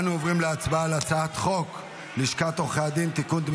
אנו עוברים לצבעה על הצעת חוק לשכת עורכי הדין (תיקון,